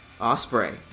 Osprey